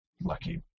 Lucky